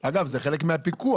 אגב זה חלק מהפיקוח.